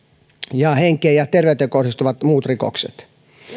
ja henkeen ja terveyteen kohdistuvat muut rikokset